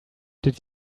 did